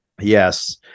Yes